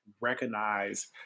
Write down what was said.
recognize